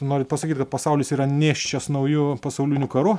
norit pasakyt kad pasaulis yra nėščias nauju pasauliniu karu